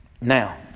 Now